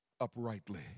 uprightly